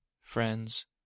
friends